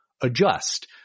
adjust